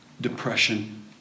depression